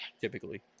typically